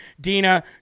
Dina